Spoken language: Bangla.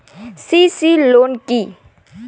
সি.সি লোন কি?